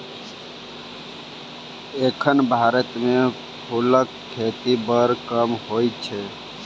एखन भारत मे फुलक खेती बड़ कम होइ छै